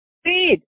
speed